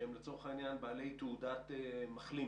שהם לצורך העניין בעלי תעודת מחלים.